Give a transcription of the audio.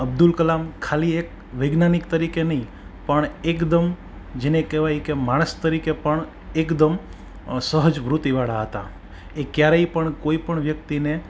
અબ્દુલ કલામ ખાલી એક વૈજ્ઞાનિક તરીકે નહીં પણ એકદમ જેને કહેવાય કે માણસ તરીકે પણ એકદમ સહજ વૃત્તિ વાળા હતા એ ક્યારેય પણ કોઈપણ વ્યક્તિને